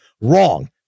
Wrong